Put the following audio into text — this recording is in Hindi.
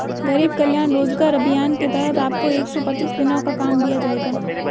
गरीब कल्याण रोजगार अभियान के तहत आपको एक सौ पच्चीस दिनों का काम दिया जाएगा